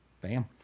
Bam